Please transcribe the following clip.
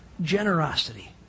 Generosity